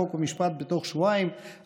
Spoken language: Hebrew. חוק ומשפט בתוך שבועיים,